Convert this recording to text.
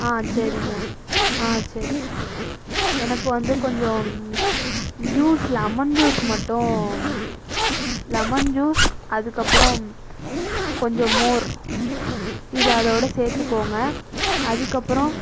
ஆ சரிங்க ஆ சரி எனக்கு வந்து கொஞ்சம் ஜூஸ் லெமன் ஜூஸ் மட்டும் லெமன் ஜூஸ் அதுக்கப்புறம் கொஞ்சம் மோர் இது அதோடு சேர்த்துக்கோங்க அதுக்கப்புறம்